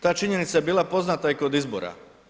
Ta činjenica je bila poznata i kod izbora.